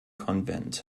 konvent